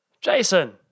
Jason